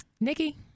Nikki